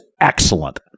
excellent